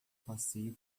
passeio